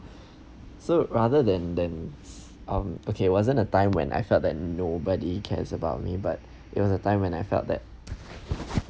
so rather than than um okay wasn't time when I felt that nobody cares about me but it was a time when I felt that